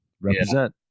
Represent